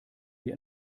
wir